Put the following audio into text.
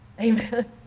Amen